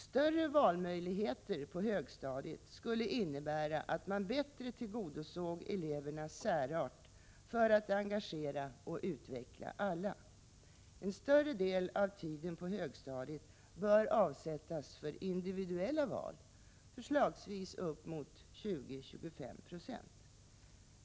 Större valmöjligheter på högstadiet skulle innebära att man bättre tillgodosåg elevernas särart för att engagera och utveckla alla. En större del av tiden på högstadiet bör avsättas för individuella val — förslagsvis uppemot 20-25 9.